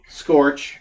scorch